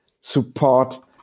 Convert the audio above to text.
support